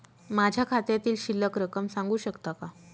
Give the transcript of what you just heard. माझ्या खात्यातील शिल्लक रक्कम सांगू शकता का?